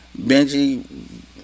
Benji